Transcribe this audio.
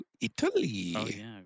Italy